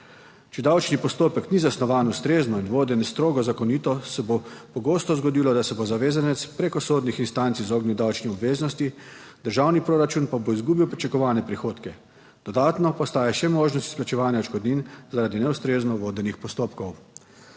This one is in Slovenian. Če davčni postopek ni zasnovan ustrezno in voden strogo zakonito se bo pogosto zgodilo, da se bo zavezanec preko sodnih instanc izognil davčnim obveznostim, državni proračun pa bo izgubil pričakovane prihodke, dodatno pa ostaja še možnost izplačevanja odškodnin zaradi neustrezno vodenih postopkov.